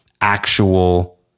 actual